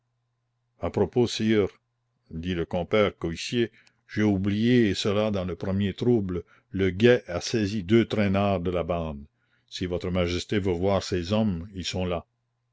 à propos sire dit le compère coictier j'ai oublié cela dans le premier trouble le guet a saisi deux traînards de la bande si votre majesté veut voir ces hommes ils sont là